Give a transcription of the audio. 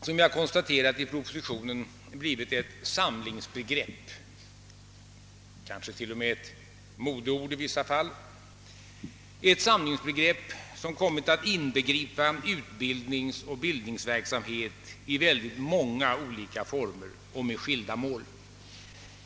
Som jag konstaterat i propositionen har vuxenutbildningen blivit ett samlingsbegrepp — kanske till och med i vissa fall ett modeord — som kommit att inbegripa utbildningsoch bildningsverksamheten i oerhört många olika former och med skilda mål.